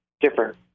different